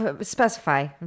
Specify